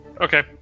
Okay